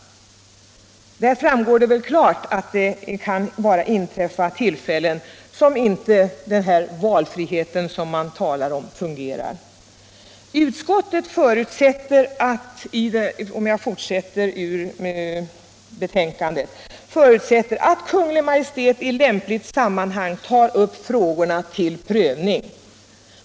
Här framgår det väl klart att den valfrihet som man talar om inte alltid fungerar. Jag fortsätter att citera ur fjolårets betänkande: ”Utskottet förutsätter att Kungl. Maj:t i lämpligt sammanhang tar upp frågorna till prövning.